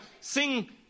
sing